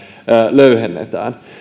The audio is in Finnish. löyhennetään